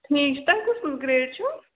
ٹھیٖک چھُ تۄہہِ کُس کُس گرٛیڈ چھُو